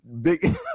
big